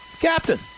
Captain